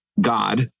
God